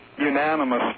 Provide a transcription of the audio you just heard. unanimous